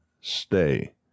stay